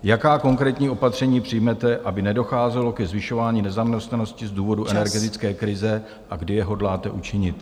Jaká konkrétní opatření přijmete, aby nedocházelo ke zvyšování nezaměstnanosti z důvodu energetické krize a kdy je hodláte učinit?